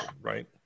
right